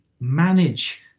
manage